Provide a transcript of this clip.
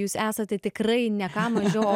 jūs esate tikrai ne ką mažiau